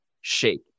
Shake